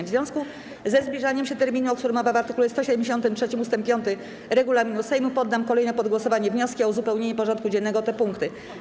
W związku ze zbliżaniem się terminu, o którym mowa w art. 173 ust. 5 regulaminu Sejmu, poddam kolejno pod głosowanie wnioski o uzupełnienie porządku dziennego o te punkty.